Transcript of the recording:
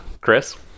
Chris